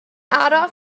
aros